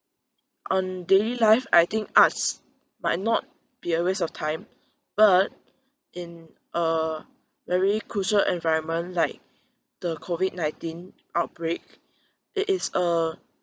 on daily life I think arts might not be a waste of time but in a very crucial environment like the COVID nineteen outbreak it is a